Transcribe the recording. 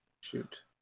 Shoot